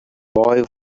boy